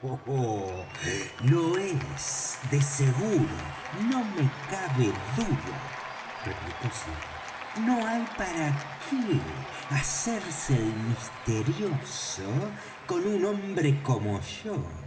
lo es de seguro no me cabe duda replicó silver no hay para qué hacerse el misterioso con un hombre como yo